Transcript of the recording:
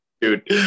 Dude